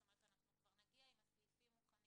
זאת אומרת כבר נגיע עם הסעיפים מוכנים